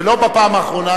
ולא בפעם האחרונה,